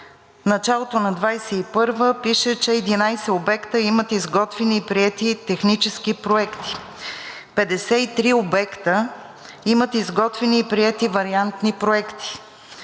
началото на 2021 г., пише, че 11 обекта имат изготвени и приети технически проекти, 53 обекта имат изготвени и приети вариантни проекти